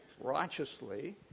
righteously